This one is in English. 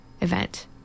event